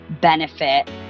benefit